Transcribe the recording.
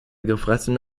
gefressen